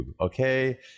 okay